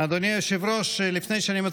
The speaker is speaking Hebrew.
נייחת